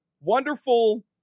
wonderful